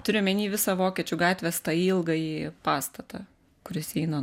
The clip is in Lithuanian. turiu omeny visą vokiečių gatvės tą ilgąjį pastatą kuris eina